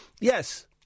Yes